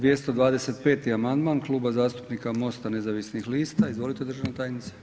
225. amandman Kluba zastupnika MOST-a nezavisnih lista, izvolite državna tajnice.